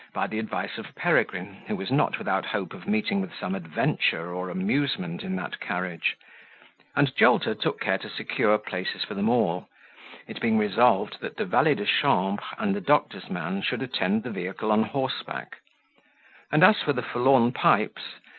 by the advice of peregrine, who was not without hope of meeting with some adventure or amusement in that carriage and jolter took care to secure places for them all it being resolved that the valet-de-chambre and the doctor's man should attend the vehicle on horseback and as for the forlorn pipes,